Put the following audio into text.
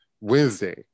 Wednesday